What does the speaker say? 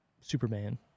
Superman